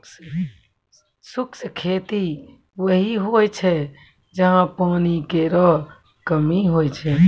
शुष्क खेती वहीं होय छै जहां पानी केरो कमी होय छै